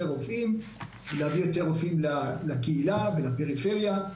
רופאים ולהביא יותר רופאים לקהילה ולפריפריה.